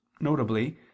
notably